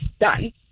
done